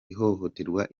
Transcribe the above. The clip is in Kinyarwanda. ihohoterwa